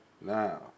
Now